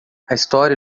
história